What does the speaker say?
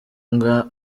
ngo